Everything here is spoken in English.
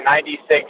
96